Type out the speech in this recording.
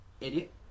idiot